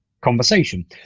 conversation